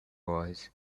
was